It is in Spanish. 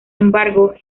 embargo